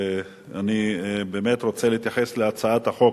אני באמת רוצה להתייחס להצעת החוק,